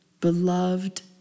beloved